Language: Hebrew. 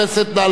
מי נמנע,